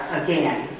again